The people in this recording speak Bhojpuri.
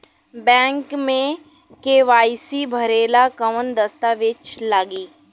बैक मे के.वाइ.सी भरेला कवन दस्ता वेज लागी?